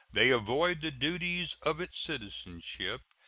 they avoid the duties of its citizenship,